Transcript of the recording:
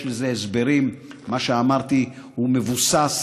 יש לזה הסברים, ומה שאמרתי הוא מבוסס.